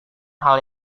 hal